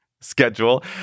schedule